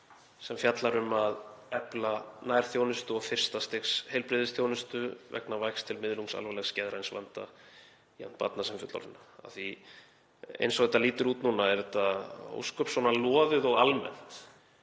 sem fjallar um efla nærþjónustu og fyrsta stigs heilbrigðisþjónustu vegna vægs til miðlungs alvarlegs geðræns vanda jafnt barna sem fullorðinna. Eins og þetta lítur út núna er þetta ósköp loðið og almennt